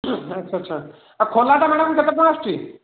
ଆଚ୍ଛା ଆଚ୍ଛା ଆଉ ଖୋଲାଟା ମ୍ୟାଡ଼ାମ୍ କେତେ ଟଙ୍କା ଆସୁଛି